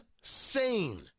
insane